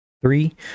Three